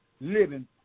living